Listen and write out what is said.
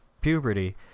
puberty